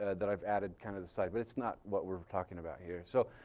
that i've added kind of the side but it's not what we're talking about here. so,